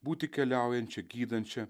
būti keliaujančia gydančia